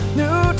new